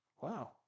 wow